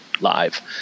live